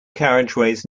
carriageways